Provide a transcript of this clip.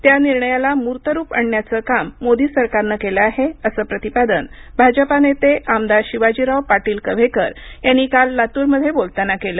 त्या निर्णयाला मुर्तरूप आणण्याचे काम मोदी सरकारने केलेले आहे असं प्रतिपादन भाजपा नेते आमदार शिवाजीराव पाटील कव्हेकर यांनी काल लातूर मध्ये बोलताना केलं